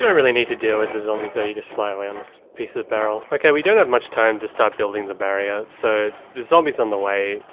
really need to deal with the zombies ah you just fly away on this piece of barrel. okay, we don't have much time to start building the barrier, so. there's zombies on the way.